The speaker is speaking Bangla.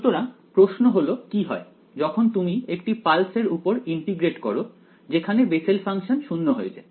সুতরাং প্রশ্ন হল কি হয় যখন তুমি একটি পালস এর উপর ইন্টিগ্রেট করো যেখানে বেসেল ফাংশন শূন্য হয়ে যায়